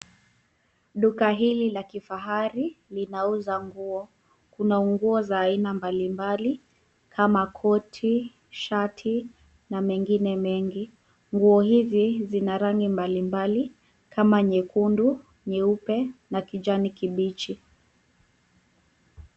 Duka hili la kifahari linauza nguo. Kuna nguo za aina mbalimbali kama koti, shati na mengine megi. Nguo hivi ina rangi mbalimbali kama nyekundu, nyeupe na kijani kibichi.